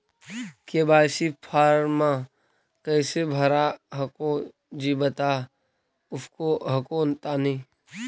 KYC फॉर्मा कैसे भरा हको जी बता उसको हको तानी?